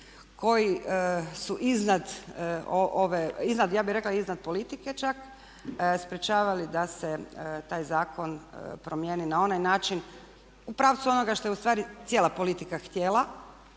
koji su iznad ove, ja bih rekla iznad političke čak sprječavali da se taj zakon promijeni na onaj način, u pravcu onoga što je u stvari cijela politika htjela